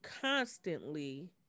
constantly